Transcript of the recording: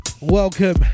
welcome